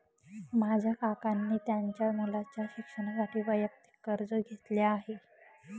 माझ्या काकांनी त्यांच्या मुलाच्या शिक्षणासाठी वैयक्तिक कर्ज घेतले आहे